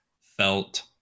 felt